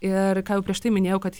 ir ką jau prieš tai minėjau kad